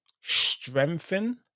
strengthen